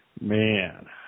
Man